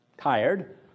tired